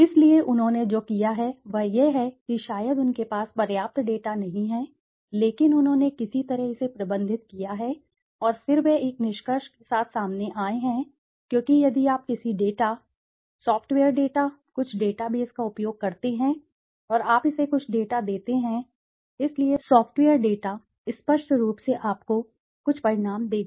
इसलिए उन्होंने जो किया है वह यह है कि शायद उनके पास पर्याप्त डेटा नहीं है लेकिन उन्होंने किसी तरह इसे प्रबंधित किया है और फिर वे एक निष्कर्ष के साथ सामने आए हैं क्योंकि यदि आप किसी डेटा सॉफ़्टवेयर डेटा कुछ डेटाबेस का उपयोग करते हैं और आप इसे कुछ डेटा देते हैं इसलिए सॉफ़्टवेयर डेटा स्पष्ट रूप से आपको कुछ परिणाम देगा